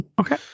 Okay